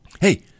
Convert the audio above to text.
Hey